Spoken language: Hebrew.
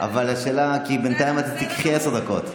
אבל בינתיים את תיקחי עשר דקות.